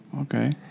okay